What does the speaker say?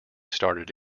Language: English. started